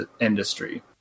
industry